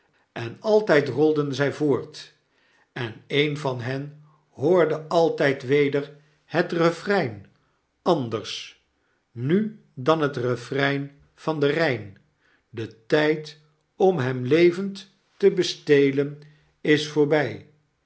en altijd rolden zij voort en een van hen hoorde altijd weder het refrein anders nu dan het refrein van den rijn de tgd om hem levend te bestelen is voorbg